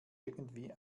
irgendwie